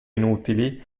inutili